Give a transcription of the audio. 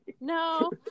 No